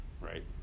right